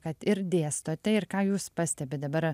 kad ir dėstote ir ką jūs pastebit dabar